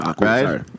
Right